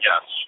yes